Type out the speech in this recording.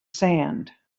sand